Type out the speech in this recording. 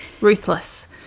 ruthless